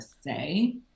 say